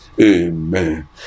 Amen